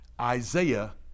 isaiah